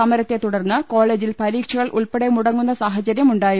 സമരത്തെ തുടർന്ന് കോളജിൽ പരീക്ഷകൾ ഉൾപ്പെടെ മുടങ്ങൂന്ന സാഹചരൃം ഉണ്ടായിരുന്നു